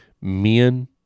men